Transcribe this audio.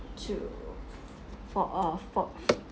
to four uh four